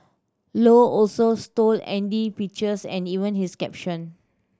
low also stole Andy pictures and even his caption